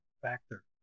factor